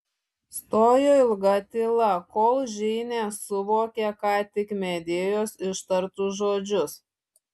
stojo ilga tyla kol džeinė suvokė ką tik medėjos ištartus žodžius